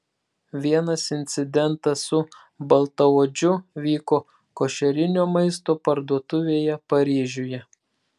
vienas incidentas su baltaodžiu vyko košerinio maisto parduotuvėje paryžiuje